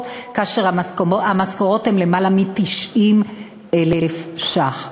כאשר המשכורות הן למעלה מ-90,000 שקל.